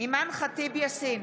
אימאן ח'טיב יאסין,